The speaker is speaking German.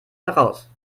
heraus